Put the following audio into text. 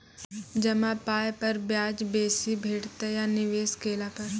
जमा पाय पर ब्याज बेसी भेटतै या निवेश केला पर?